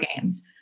games